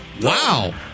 Wow